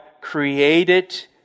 created